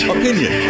opinion